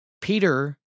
Peter